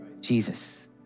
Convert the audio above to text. Jesus